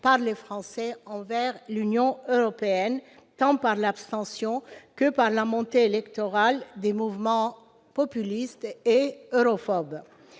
par les Français envers l'Union européenne, tant par l'abstention que par la montée électorale des mouvements populistes et europhobes.